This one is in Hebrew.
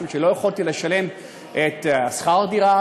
משום שלא יכולתי לשלם את שכר הדירה,